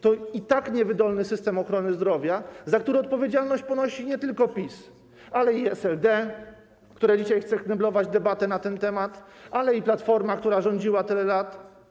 Chodzi o i tak niewydolny system ochrony zdrowia, za co odpowiedzialność ponosi nie tylko PiS, ale i SLD, które dzisiaj chce kneblować debatę na ten temat, i Platformę, która rządziła tyle lat.